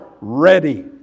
ready